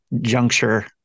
juncture